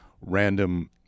random